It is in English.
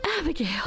Abigail